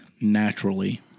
naturally